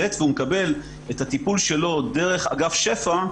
Z והוא מקבל את הטיפול שלו דרך אגף שפ"ע,